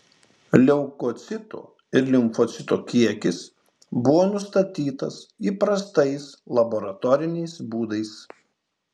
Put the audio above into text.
leukocitų ir limfocitų kiekis buvo nustatytas įprastais laboratoriniais būdais